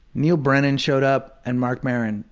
neal brennan showed up, and marc maron.